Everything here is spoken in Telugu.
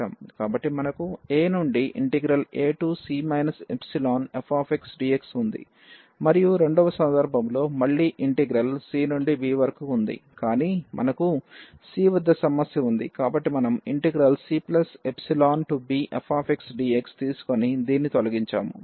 కాబట్టి మనకు a నుండి ac εfxdx ఉంది మరియు రెండవ సందర్భంలో మళ్ళీ ఇంటిగ్రల్ c నుండి b వరకు ఉంది కాని మనకు c వద్ద సమస్య ఉంది కాబట్టి మనముcεbfxdx తీసుకొని దీన్ని తొలగించాము